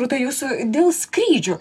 rūta jūsų dėl skrydžių